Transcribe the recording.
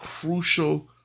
crucial